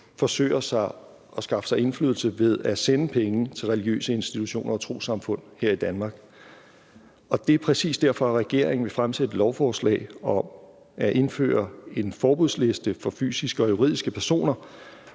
forsøger at skaffe sig indflydelse ved at sende penge til religiøse institutioner og trossamfund her i Danmark. Det er præcis derfor, at regeringen vil fremsætte et lovforslag om at indføre en forbudsliste for fysiske og juridiske personer,